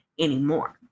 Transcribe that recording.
anymore